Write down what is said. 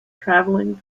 travelling